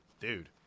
dude